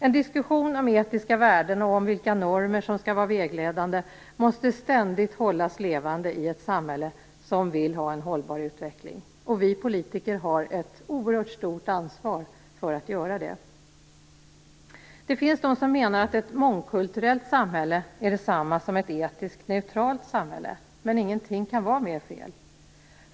En diskussion om etiska värden och om vilka normer som skall vara vägledande måste ständigt hållas levande i ett samhälle som vill ha en hållbar utveckling. Vi politiker har ett oerhört stort ansvar för att göra det. Det finns de som menar att ett mångkulturellt samhälle är detsamma som ett etiskt neutralt samhälle, men ingenting kan vara mer fel.